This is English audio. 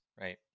right